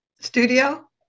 Studio